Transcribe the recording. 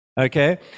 Okay